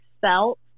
felt